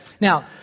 Now